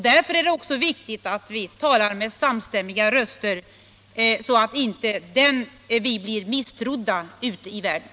Därför är det också viktigt att tala med samstämmiga röster så att vi inte blir misstrodda ute i världen.